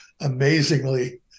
amazingly